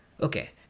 Okay